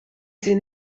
sie